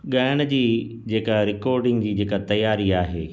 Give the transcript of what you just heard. ॻाइण जी जेका रिकॉर्डिंग जी जेका तयारी आहे